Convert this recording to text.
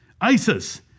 Isis